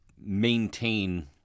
maintain